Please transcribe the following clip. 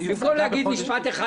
במקום להגיד משפט אחד,